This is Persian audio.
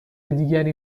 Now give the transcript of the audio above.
دیگری